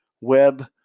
web